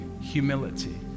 humility